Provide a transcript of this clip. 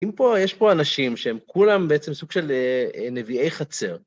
יש פה אנשים שהם כולם בעצם סוג של נביאי חצר.